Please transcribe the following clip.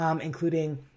including